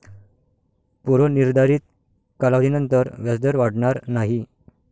पूर्व निर्धारित कालावधीनंतर व्याजदर वाढणार नाही